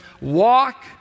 walk